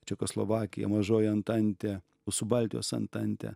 čekoslovakija mažoji antantė su baltijos antante